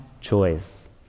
choice